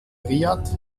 riad